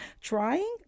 trying